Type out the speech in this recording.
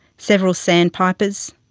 several sandpipers,